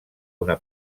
una